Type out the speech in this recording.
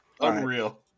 Unreal